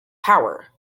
power